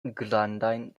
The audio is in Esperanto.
grandajn